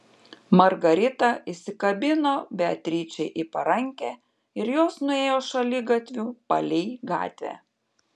margarita įsikabino beatričei į parankę ir jos nuėjo šaligatviu palei gatvę